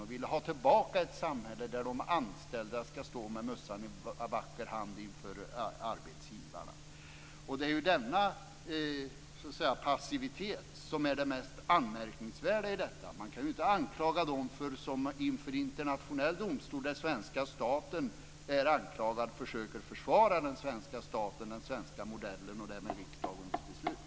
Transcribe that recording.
Man ville ha tillbaka ett samhälle där de anställda skall stå med mössan i vacker hand inför arbetsgivarna. Det är denna passivitet som är det mest anmärkningsvärda i detta. Man kan inte anklaga dem inför internationell domstol, där den svenska staten är anklagad och försöker försvara den svenska staten, den svenska modellen och därmed riksdagens beslut.